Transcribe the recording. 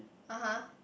(uh huh)